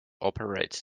operates